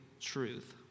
truth